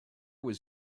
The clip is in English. was